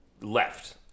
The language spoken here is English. left